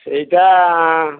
ସେଇଟା